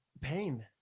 pain